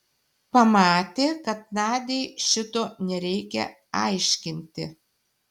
pamatė kad nadiai šito nereikia aiškinti